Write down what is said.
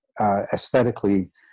aesthetically